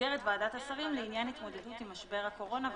במסגרת ועדת השרים לעניין התמודדות עם משבר הקורונה והשלכותיו,